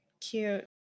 Cute